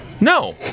No